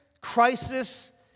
crisis